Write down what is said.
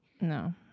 no